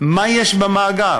מה יש במאגר?